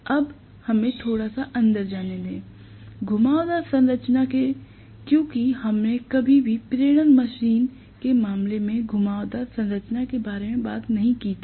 अब हमें थोड़ा सा अंदर जाने दें घुमावदार संरचना के क्योंकि हमने कभी भी प्रेरण मशीन के मामले में घुमावदार संरचना के बारे में बात नहीं की थी